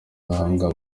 abaganga